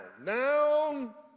now